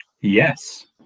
Yes